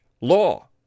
law